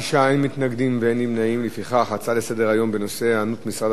לפיכך ההצעה לסדר-היום בנושא: היענות משרד החוץ לדרישת הוותיקן לבעלות